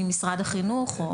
ממשרד החינוך.